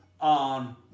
on